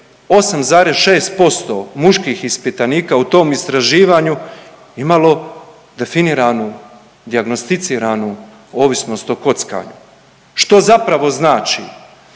8,6% muških ispitanika u tom istraživanju imalo definiranu dijagnosticiranu ovisnost o kockanju, što zapravo znači